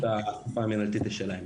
הפקודה המנהלתית היא שלהם.